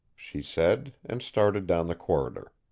she said, and started down the corridor.